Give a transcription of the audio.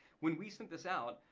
when we sent this out,